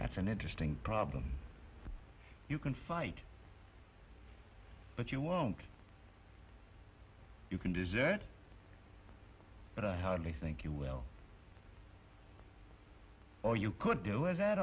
that's an interesting problem you can fight but you won't you can visit but i hardly think you will or you could do it